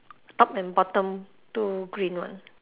top and bottom two green one